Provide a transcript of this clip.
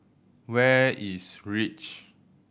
where is Reach